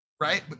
right